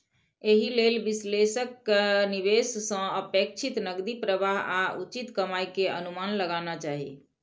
एहि लेल विश्लेषक कें निवेश सं अपेक्षित नकदी प्रवाह आ उचित कमाइ के अनुमान लगाना चाही